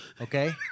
Okay